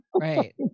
Right